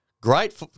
Great